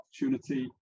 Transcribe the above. opportunity